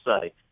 say